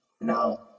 No